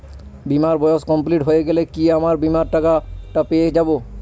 বীমার বয়স কমপ্লিট হয়ে গেলে কি আমার বীমার টাকা টা পেয়ে যাবো?